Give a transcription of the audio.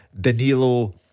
Danilo